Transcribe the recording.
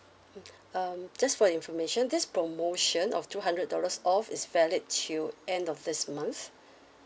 um just for your information this promotion of two hundred dollars off is valid till end of this month